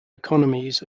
economies